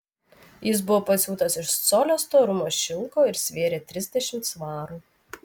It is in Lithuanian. jis buvo pasiūtas iš colio storumo šilko ir svėrė trisdešimt svarų